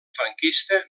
franquista